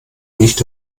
nicht